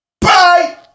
bye